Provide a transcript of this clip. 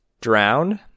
drowned